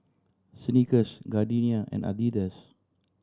Snickers Gardenia and Adidas